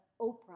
Oprah